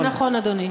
זה נכון, אדוני.